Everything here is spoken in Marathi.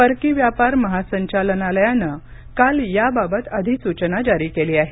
परकी व्यापार महासंचालनालयानं काल याबाबत अधिसूचना जारी केली आहे